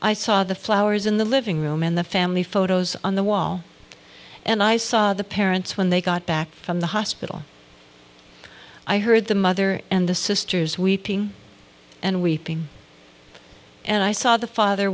i saw the flowers in the living room in the family photos on the wall and i saw the parents when they got back from the hospital i heard the mother and the sisters weeping and weeping and i saw the father